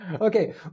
Okay